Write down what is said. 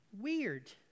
weird